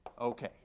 Okay